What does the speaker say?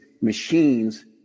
machines